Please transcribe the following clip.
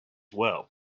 well